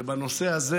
ובנושא הזה